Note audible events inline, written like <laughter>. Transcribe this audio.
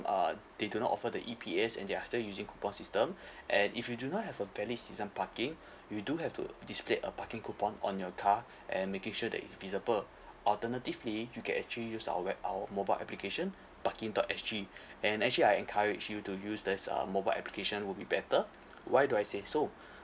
uh they do not offer the E_P_S and they're still using coupon system <breath> and if you do not have a valid season parking <breath> you do have to display a parking coupon on your car and making sure that it's visible alternatively you can actually use our app our mobile application parking dot S G <breath> and actually I encourage you to use this uh mobile application will be better why do I say so <breath>